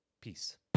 peace